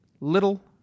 Little